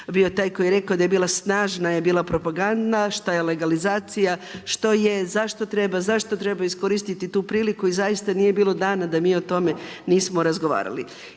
bio taj koji je rekao da je bila snažna je bila propaganda šta je legalizacija, što je za što treba, za što treba iskoristiti tu priliku i nije bilo dana da mi o tome nismo razgovarali.